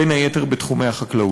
בין היתר בתחומי החקלאות.